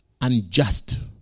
unjust